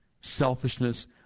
selfishness